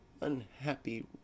unhappy